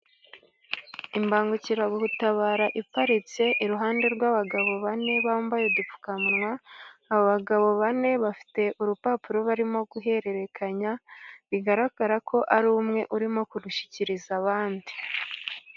Imbangukiragutabara iparitse iruhande rw'abagabo bane bambaye udupfukamunwa, abagabo bane bafite urupapuro barimo guhererekanya bigaragara ko ari umwe urimo kurushyikiriza abandi.